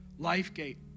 LifeGate